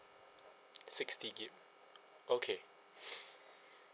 sixty gig okay